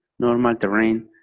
normal terrain,